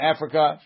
Africa